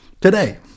today